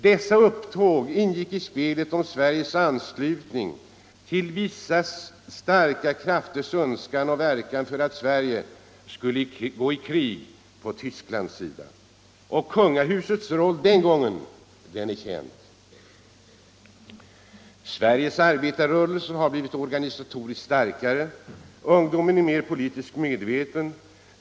Dessa upptåg ingick i det spel som vissa starka krafter drev för att Sverige skulle gå i krig på Tysklands sida. Kungahusets roll den gången är känd. Sveriges arbetarrörelse har blivit organisatoriskt starkare. Ungdomen är politiskt mera medveten.